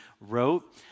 wrote